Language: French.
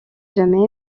jamais